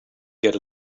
get